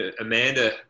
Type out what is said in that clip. Amanda